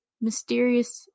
Mysterious